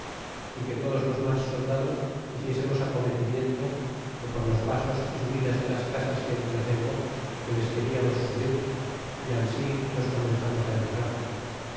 y que todos los mas soldados hiciésemos acometimiento que por los pasos y subidas de las casas que dicho tengo que les queriamos subir y ansi los comenzamos entrar